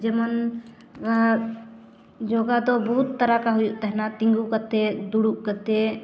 ᱡᱮᱢᱚᱱ ᱫᱚ ᱵᱚᱦᱩᱛ ᱛᱟᱨᱤᱠᱟ ᱦᱩᱭᱩᱜ ᱛᱟᱦᱮᱱᱟ ᱛᱤᱸᱜᱩ ᱠᱟᱛᱮᱫ ᱫᱩᱲᱩᱵ ᱠᱟᱛᱮᱫ